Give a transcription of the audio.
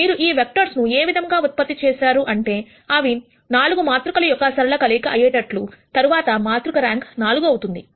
మీరు ఈ వెక్టర్స్ ఏ విధముగా ఉత్పత్తి చేస్తారు అంటే అవి 4 మాతృకల యొక్క సరళ కలయిక అయ్యేటట్లు తర్వాత మాతృక ర్యాంక్ 4 అవుతుంది